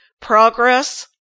progress